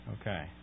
Okay